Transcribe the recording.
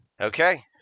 Okay